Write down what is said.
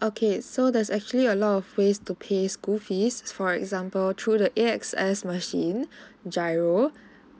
okay so there's actually a lot of ways to pay school fees for example through the A_X_S machine gyro